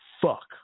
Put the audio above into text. fuck